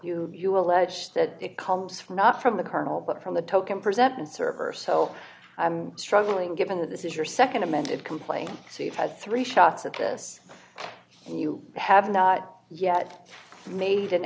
you allege that it comes from not from the kernel but from the token present and server so i'm struggling given that this is your nd amended complaint so you've had three shots at this and you have not yet made an